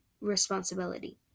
responsibility